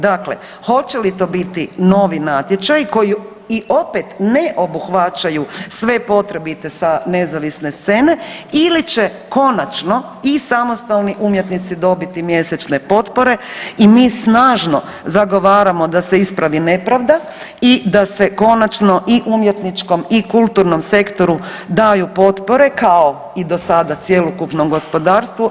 Dakle, hoće li to biti novi natječaj koji i opet ne obuhvaćaju sve potrebite sa nezavisne scene ili će konačno i samostalni umjetnici dobiti mjesečne potpore i mi snažno zagovaramo da se ispravi nepravda i da se konačno i umjetničkom i kulturnom sektoru daju potpore kao i do sada cjelokupnom gospodarstvu.